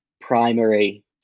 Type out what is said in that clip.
primary